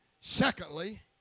Secondly